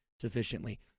sufficiently